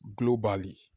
globally